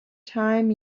time